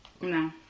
No